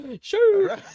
Sure